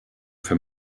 für